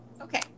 okay